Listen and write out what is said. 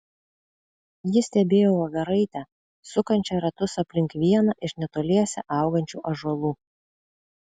ji stebėjo voveraitę sukančią ratus aplink vieną iš netoliese augančių ąžuolų